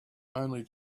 only